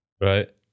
Right